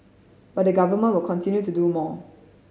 but the Government will continue to do more